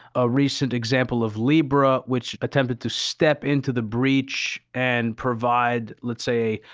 a recent example of libra, which attempted to step into the breach and provide let's say,